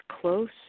close